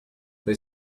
they